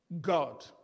God